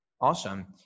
Awesome